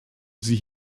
sie